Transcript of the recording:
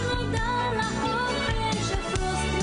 אם הייתי יודעת ככה הייתי פורשת קודם.